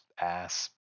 ass